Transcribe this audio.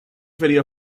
video